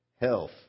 health